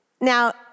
Now